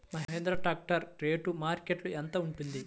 Mahindra tractor rate మార్కెట్లో యెంత ఉంటుంది?